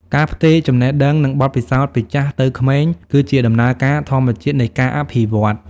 ការផ្ទេរចំណេះដឹង និងបទពិសោធន៍ពីចាស់ទៅក្មេង គឺជាដំណើរការធម្មជាតិនៃការអភិវឌ្ឍ។